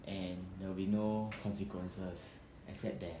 and there will be no consequences except that